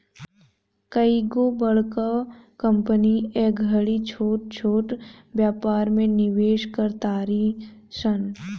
कइगो बड़का कंपनी ए घड़ी छोट छोट व्यापार में निवेश कर तारी सन